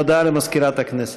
הודעה למזכירת הכנסת.